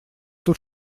тут